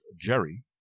jerry